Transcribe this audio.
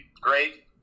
great